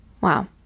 Wow